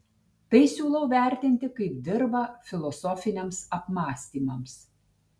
tai siūlau vertinti kaip dirvą filosofiniams apmąstymams